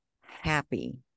happy